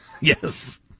Yes